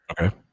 Okay